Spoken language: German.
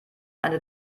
eine